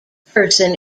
person